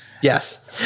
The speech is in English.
Yes